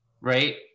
right